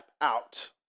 out